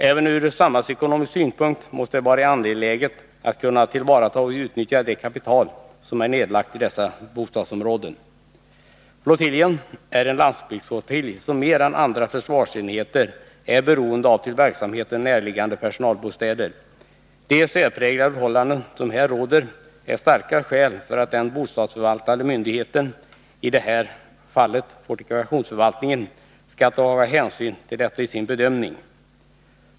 Även ur samhällsekonomisk synpunkt måste det vara angeläget att kunna tillvarata och utnyttja det kapital som är nedlagt i dessa bostadsområden. Flottiljen är en landsbygdsflottilj som mer än andra försvarsenheter är beroende av verksamheten närliggande personalbostäder. De särpräglade förhållanden som här råder är starka skäl för att den bostadsförvaltande myndigheten, i det här fallet fortifikationsförvaltningen, skall ta hänsyn till detta i sin bedömning.